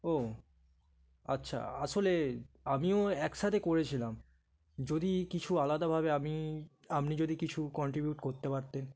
ও আচ্ছা আসলে আমিও একসাথে করেছিলাম যদি কিছু আলাদাভাবে আমি আপনি যদি কিছু কন্ট্রিবিউট করতে পারতেন